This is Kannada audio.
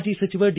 ಮಾಜಿ ಸಚಿವ ಡಿ